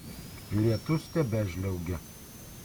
lietus tebežliaugė